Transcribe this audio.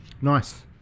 nice